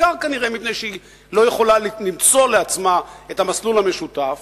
בעיקר כנראה מפני שהיא לא יכולה למצוא לעצמה את המסלול המשותף,